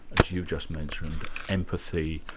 as you just mentioned, empathy,